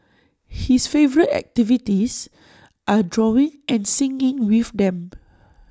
his favourite activities are drawing and singing with them